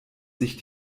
sich